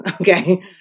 Okay